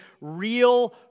real